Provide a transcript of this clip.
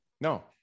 No